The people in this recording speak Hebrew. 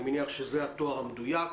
אני מניח שזה התואר המדויק.